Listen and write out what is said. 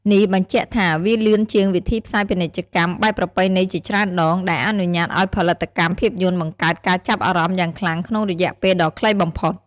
នេះបញ្ជាក់ថាវាលឿនជាងវិធីផ្សាយពាណិជ្ជកម្មបែបប្រពៃណីជាច្រើនដង ដែលអនុញ្ញាតឱ្យផលិតកម្មភាពយន្តបង្កើតការចាប់អារម្មណ៍យ៉ាងខ្លាំងក្នុងរយៈពេលដ៏ខ្លីបំផុត។